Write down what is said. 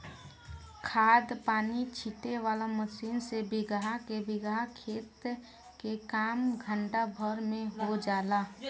खाद पानी छीटे वाला मशीन से बीगहा के बीगहा खेत के काम घंटा भर में हो जाला